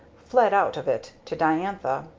fled out of it to diantha.